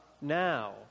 now